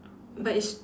but it's